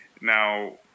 Now